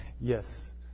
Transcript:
yes